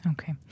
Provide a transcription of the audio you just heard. Okay